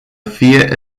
fie